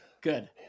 Good